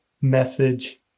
message